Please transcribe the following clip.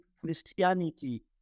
christianity